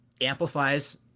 amplifies